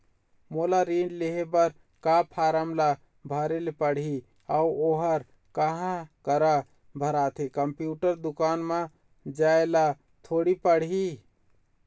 मोला ऋण लेहे बर का फार्म ला भरे ले पड़ही अऊ ओहर कहा करा भराथे, कंप्यूटर दुकान मा जाए ला थोड़ी पड़ही?